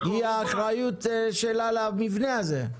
האחריות שלה למבנה הזה.